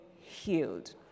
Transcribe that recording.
healed